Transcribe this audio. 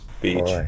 Beach